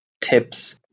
tips